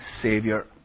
Savior